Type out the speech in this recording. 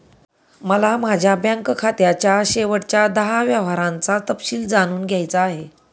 मला माझ्या बँक खात्याच्या शेवटच्या दहा व्यवहारांचा तपशील जाणून घ्यायचा आहे